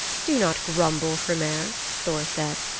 do not grumble, hrymer, thor said.